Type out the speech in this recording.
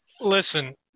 listen